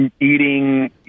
eating